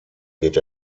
wird